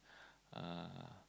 uh